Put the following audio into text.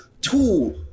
Two